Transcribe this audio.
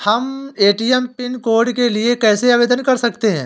हम ATM pin code के लिए कैसे आवेदन कर सकते हैं?